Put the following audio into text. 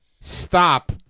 stop